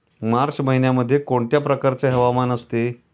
मार्च महिन्यामध्ये कोणत्या प्रकारचे हवामान असते?